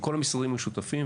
וכל המשרדים המשותפים,